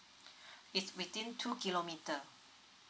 it's between two kilometre